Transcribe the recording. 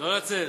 לא לצאת.